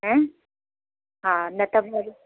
हा न त वरी